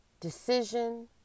decision